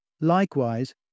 Likewise